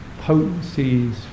potencies